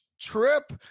trip